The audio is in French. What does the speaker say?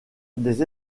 des